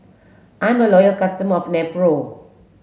I am a loyal customer of Nepro